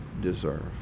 deserve